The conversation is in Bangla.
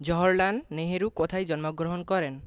জওহরলাল নেহরু কোথায় জন্মগ্রহণ করেন